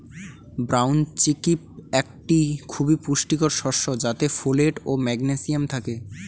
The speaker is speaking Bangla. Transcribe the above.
ব্রাউন চিক্পি একটি খুবই পুষ্টিকর শস্য যাতে ফোলেট ও ম্যাগনেসিয়াম থাকে